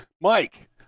Mike